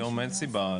ציבורי?